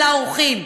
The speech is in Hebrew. על העורכים,